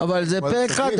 הכספים.